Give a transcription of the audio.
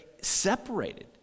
separated